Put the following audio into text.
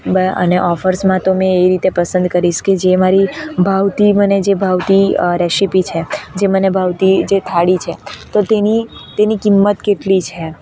બે અને ઓફર્સમાં તો મેં એ રીતે પસંદ કરીશ કે જે મારી ભાવતી મને જે ભાવતી રેશિપી છે જે મને ભાવતી જે થાળી છે તો તેની તેની કિંમત કેટલી છે